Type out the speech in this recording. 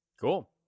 Cool